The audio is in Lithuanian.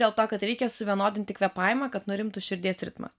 dėl to kad reikia suvienodinti kvėpavimą kad nurimtų širdies ritmas